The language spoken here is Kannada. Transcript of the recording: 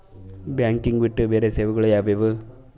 ಬ್ಯಾಂಕಿಂಗ್ ಬಿಟ್ಟು ಬೇರೆ ಸೇವೆಗಳು ಯಾವುವು?